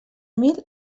mil